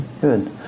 Good